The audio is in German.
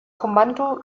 kommando